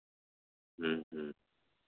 ᱦᱮᱸ ᱦᱮᱸ